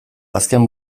azken